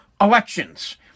elections